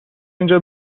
اینجا